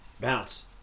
Bounce